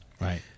Right